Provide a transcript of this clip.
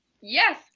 yes